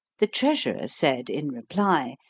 the treasurer said, in reply,